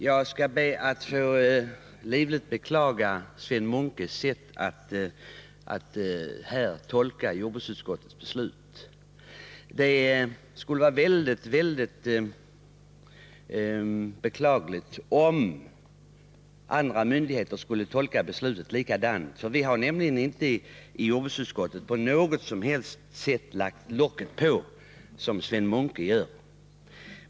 Herr talman! Jag beklagar livligt Sven Munkes sätt att tolka jordbruksutskottets betänkande. Det skulle vara väldigt beklagligt om andra myndigheter tolkade det likadant. Vi har nämligen i jordbruksutskottet inte på något sätt lagt locket på, som Sven Munke säger.